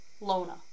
Lona